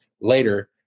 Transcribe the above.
later